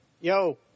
Yo